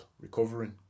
recovering